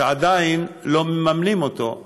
שעדיין לא מממנים אותו.